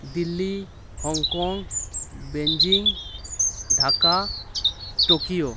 Delhi Hong Kong Beijing Dhaka Tokyo